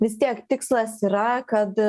vis tiek tikslas yra kad